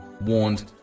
warned